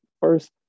first